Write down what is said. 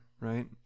right